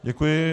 Děkuji.